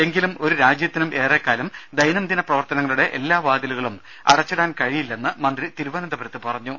എങ്കിലും ഒരു രാജ്യത്തിനും ഏറെക്കാലം ദൈനംദിന പ്രവർത്തനങ്ങളുടെ എല്ലാ വാതിലുകളും അടച്ചിടാൻ കഴിയില്ലെന്നും മന്ത്രി തിരുവനന്തപുരത്ത് പറഞ്ഞു